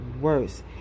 worse